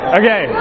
okay